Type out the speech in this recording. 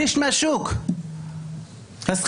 שליש מהשוק על שכירות.